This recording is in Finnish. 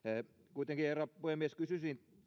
kuitenkin herra puhemies kysyisin